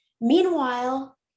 Meanwhile